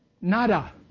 Nada